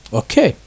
okay